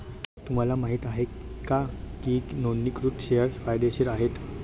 तुम्हाला माहित आहे का की नोंदणीकृत शेअर्स फायदेशीर आहेत?